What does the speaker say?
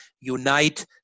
unite